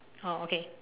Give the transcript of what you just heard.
oh okay